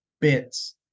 bits